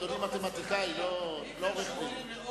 אדוני מתמטיקאי, לא עורך-דין.